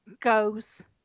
goes